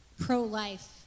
pro-life